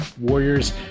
Warriors